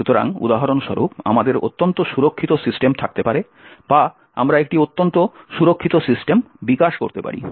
সুতরাং উদাহরণস্বরূপ আমাদের অত্যন্ত সুরক্ষিত সিস্টেম থাকতে পারে বা আমরা একটি অত্যন্ত সুরক্ষিত সিস্টেম বিকাশ করতে পারি